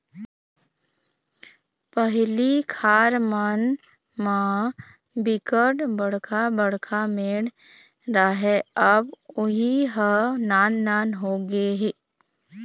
पहिली खार मन म बिकट बड़का बड़का मेड़ राहय अब उहीं ह नान नान होगे हे